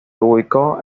ubicó